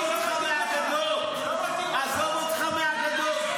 עזוב אותך מאגדות.